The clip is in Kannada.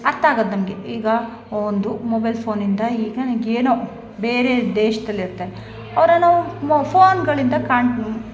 ಅರ್ಥ ಆಗೋದ್ ನಮಗೆ ಈಗ ಒಂದು ಮೊಬೈಲ್ ಫೋನಿಂದ ಈಗ ಏನೋ ಬೇರೆ ದೇಶ್ದಲ್ಲಿ ಇರ್ತೆ ಅವ್ರನ್ನ ನಾವು ಮೊ ಫೋನ್ಗಳಿಂದ ಕಾಣು